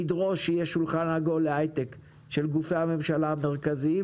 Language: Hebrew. לדרוש שיהיה שולחן עגול להייטק של כל גופי הממשלה המרכזיים.